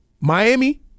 miami